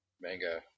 manga